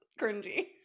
cringy